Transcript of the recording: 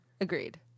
Agreed